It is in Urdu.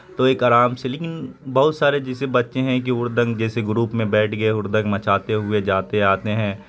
تو ایک آرام سے لیکن بہت سارے جیسے بچے ہیں کہ ہردنگ جیسے گروپ میں بیٹھ گئے ہردنگ مچاتے ہوئے جاتے آتے ہیں